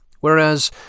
Whereas